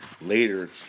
later